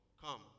Come